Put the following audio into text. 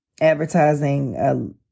advertising